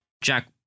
Jack